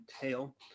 tail